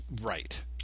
right